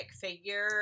figure